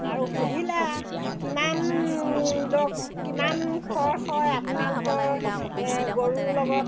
আৰু সুধিলে কিমান দৰৱ কিমান খৰচ হয় আপোনালোকৰ গৰুৰ লগত